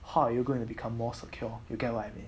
how are you going to become more secure you get what I mean